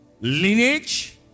Lineage